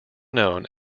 known